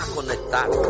Conectar